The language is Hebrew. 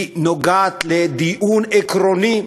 היא נוגעת לדיון עקרוני,